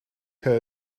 her